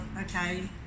okay